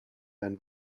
dein